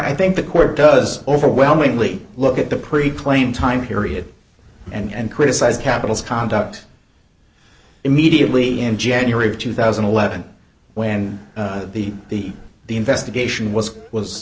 i think the court does overwhelmingly look at the pretty claim time period and criticize capitals conduct immediately in january of two thousand and eleven when the the the investigation was was